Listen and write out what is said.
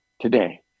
today